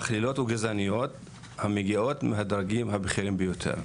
מכלילות וגזעניות המגיעות מהדרגים הבכירים ביותר.